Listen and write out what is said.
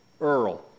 Earl